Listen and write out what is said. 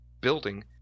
building